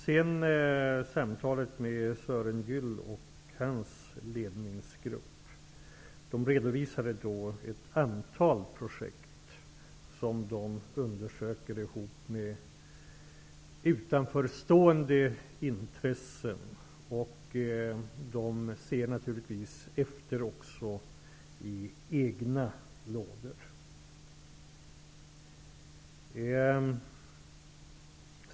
Beträffande samtalet med Sören Gyll och hans ledningsgrupp: Man redovisade ett antal projekt som man undersöker tillsammans med utanförstående intressen. Naturligtvis ser man också efter hur det är i egna lådor.